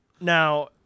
Now